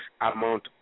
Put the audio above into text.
amount